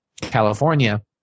California